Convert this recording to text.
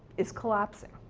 is collapsing.